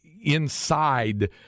inside